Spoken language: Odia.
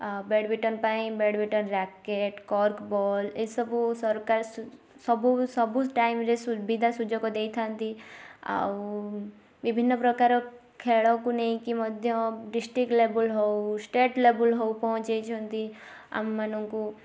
ଆଉ ବ୍ୟାଡ଼୍ମିଣ୍ଟନ ପାଇଁ ବ୍ୟାଡ଼୍ମିଣ୍ଟନ ରାକେଟ୍ କର୍କ୍ ବଲ୍ ଏ ସବୁ ସରକାର ସବୁ ସବୁ ଟାଇମ୍ରେ ସୁବିଧା ସୁଯୋଗ ଦେଇ ଥାଆନ୍ତି ଆଉ ବିଭିନ୍ନ ପ୍ରକାର ଖେଳକୁ ନେଇକି ମଧ୍ୟ ଡିଷ୍ଟ୍ରିକ୍ଟ ଲେବୁଲ୍ ହଉ ଷ୍ଟେଟ୍ ଲେବୁଲ୍ ହଉ ପହଞ୍ଚାଇଛନ୍ତି ଆମ ମାନଙ୍କୁ